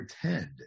pretend